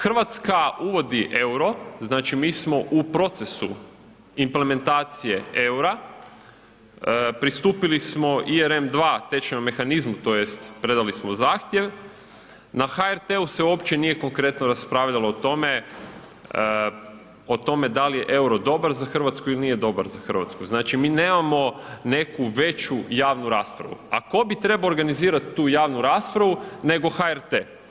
Hrvatska uvodi euro, znači mi smo u procesu implementacije eura, pristupili smo ERM II tečajnom mehanizmu, tj. predali smo zahtjev, na HRT-u se uopće nije konkretno raspravljalo o tome da li je euro dobar za Hrvatsku ili nije dobar za Hrvatsku. znači mi nemamo neku veću javnu raspravu a ko bi trebao organizirat tu javnu raspravu nego HRT?